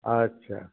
अच्छा